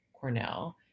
Cornell